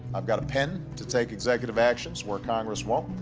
i've got a pen to take executive actions where congress won't,